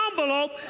envelope